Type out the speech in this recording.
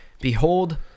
Behold